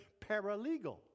paralegal